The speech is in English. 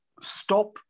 stop